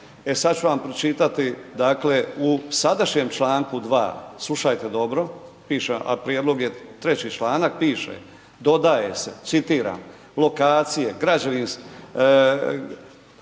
e sad ću vam pročitati, dakle u sadašnjem čl. 2., slušajte dobro piše, a prijedlog je treći članak piše, dodaje se citiram, lokacije, građenja